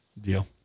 Deal